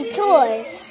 toys